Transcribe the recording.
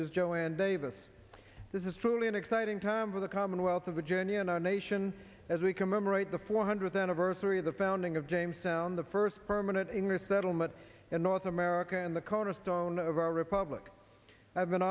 district joanne davis this is truly an exciting time for the commonwealth of virginia and our nation as we commemorate the four hundredth anniversary of the founding of james the first permanent in resettlement in north america and the cornerstone of our republic i've been